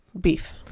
Beef